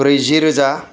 ब्रैजि रोजा